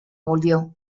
volvió